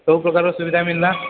ସବୁ ପ୍ରକାରର ସୁବିଧା ମିଳିଲା